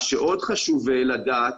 מה שעוד חשוב לדעת,